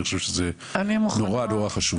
אני חושב שזה נורא-נורא חשוב.